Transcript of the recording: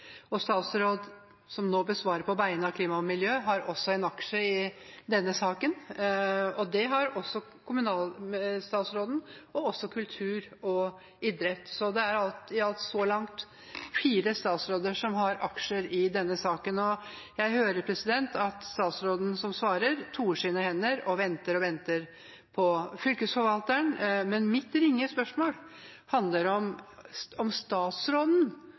statsråd som skal svare på dette. Statsråden som nå besvarer på vegne av klima- og miljøministeren, har også en aksje i denne saken, og det har også kommunalstatsråden og statsråden for kultur og idrett. Det er så langt alt i alt fire statsråder som har aksjer i denne saken. Jeg hører at statsråden som svarer, toer sine hender og venter og venter på Statsforvalteren. Men mitt ringe spørsmål handler om